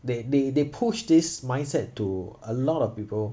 they they they push this mindset to a lot of people